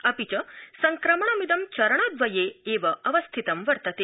अपि च संक्रमणमिदं चरणद्वये एवावस्थितं वर्तते